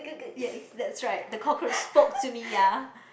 yes that's right the cockroach spoke to me ya